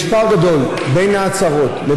יש פער גדול בין ההצהרות,